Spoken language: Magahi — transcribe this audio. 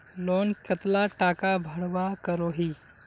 लोन कतला टाका भरवा करोही?